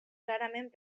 rarament